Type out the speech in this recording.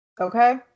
Okay